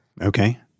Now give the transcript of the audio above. Okay